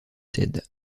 cède